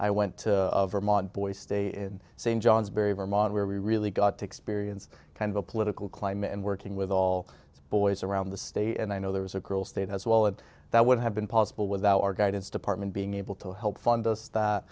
i went to vermont boys stay in st johnsbury vermont where we really got to experience kind of a political climate and working with all the boys around the state and i know there was a girl state as well and that would have been possible without our guidance department being able to help fund